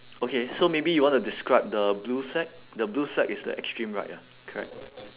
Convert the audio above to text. okay so maybe you want to describe the blue flag the blue flag is the extreme right ah correct